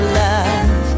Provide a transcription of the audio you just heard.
love